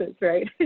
right